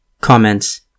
Comments